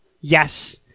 Yes